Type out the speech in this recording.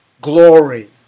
glory